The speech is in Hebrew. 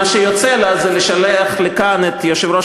מה שיוצא לה זה לשלוח לכאן את יושב-ראש